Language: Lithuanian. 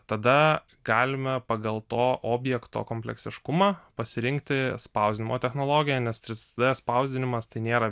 tada galime pagal to objekto kompleksiškumą pasirinkti spausdinimo technologiją nes trys d spausdinimas tai nėra